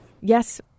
Yes